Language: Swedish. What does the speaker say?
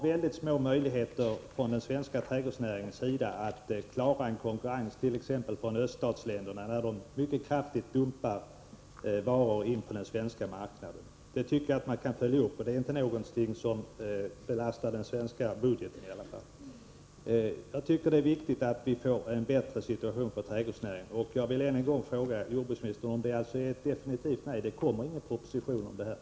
Den svenska trädgårdsnäringen har väldigt små möjligheter att klara konkurrensen från t.ex. öststaterna när de mycket kraftigt dumpar varor på den svenska marknaden. Detta tycker jag att man kan följa upp; det är i alla fall inte någonting som belastar den svenska budgeten. Jag tycker det är viktigt att vi får en bättre situation för trädgårdsnäringen, och jag vill än en gång fråga jordbruksministern om det alltså är ett definitivt nej: det kommer ingen proposition om detta.